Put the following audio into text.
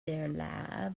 their